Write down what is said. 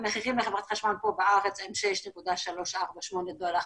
והמחירים לחברת החשמל פה בארץ הם 6.348 דולר.